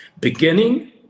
Beginning